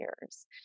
years